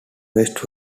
west